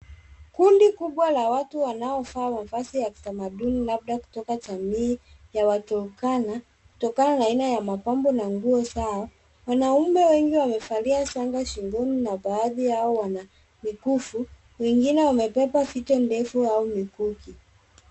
Kundi kubwa la watu wanaofaa mavazi ya kitamaduni labda kutoka jamii ya waturkana kutokana na aina ya mapambo na nguo zao. Wanaume wengi wamevalia shanga shingoni na baadhi yao wana mikufu wengine wamebeba vito ndefu au mikuki.